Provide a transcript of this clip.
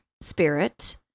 spirit